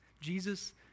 Jesus